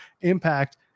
impact